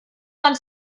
van